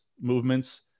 Movements